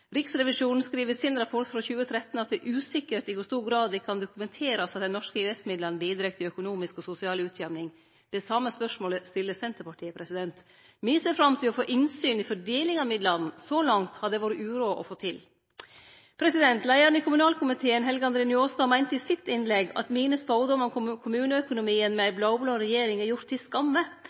Riksrevisjonen skriv i sin rapport frå 2013 at det er usikkert i kor stor grad det kan dokumenterast at dei norske EØS-midlane bidreg til økonomisk og sosial utjamning. Det same spørsmålet stiller Senterpartiet. Me ser fram til å få innsyn i fordeling av midlane – så langt har det vore uråd å få til. Leiaren i kommunalkomiteen, Helge André Njåstad, meinte i sitt innlegg at mine spådommar om kommuneøkonomien med ei blå-blå regjering er gjorde til skamme